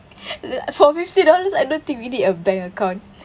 for fifty dollars I don't think we need a bank account